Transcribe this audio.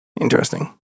Interesting